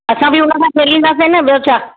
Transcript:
असां बि हुन सां खेलींदासीं न ॿियो छा